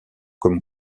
comme